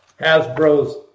Hasbro's